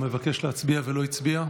מבקש להצביע ולא הצביע?